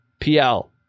PL